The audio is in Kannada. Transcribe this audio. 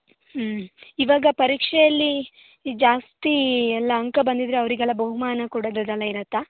ಇವಾಗ ಪರೀಕ್ಷೆಯಲ್ಲಿ ಜಾಸ್ತಿಯೆಲ್ಲ ಅಂಕ ಬಂದಿದ್ದರೆ ಅವರಿಗೆಲ್ಲ ಬಹುಮಾನ ಕೊಡೋದು ಅದೆಲ್ಲ ಇರತ್ತಾ